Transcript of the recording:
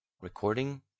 Recording